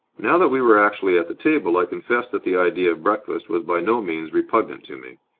now that we were actually at the table, i confess that the idea of breakfast was by no means repugnant to me.